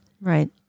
Right